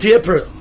April